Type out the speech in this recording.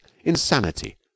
insanity